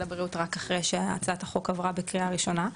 הבריאות רק אחרי שהצעת החוק עברה בקריאה ראשונה.